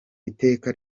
iteka